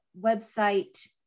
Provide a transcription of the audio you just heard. website